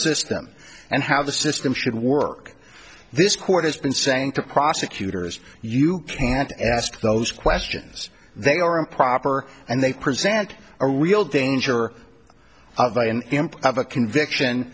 system and how the system should work this court has been saying to prosecutors you can't ask those questions they are improper and they present a real danger of a conviction